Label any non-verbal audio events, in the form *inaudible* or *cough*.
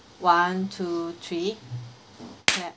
one two three *noise* clap